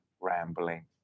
rambling